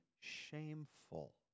shameful